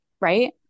right